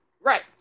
Right